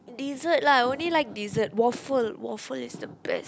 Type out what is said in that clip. dessert lah only like dessert waffle waffle is the best